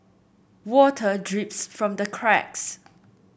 water drips from the cracks